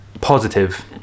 positive